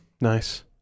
Nice